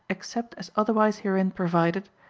except as otherwise herein provided,